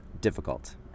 difficult